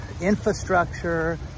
infrastructure